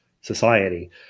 society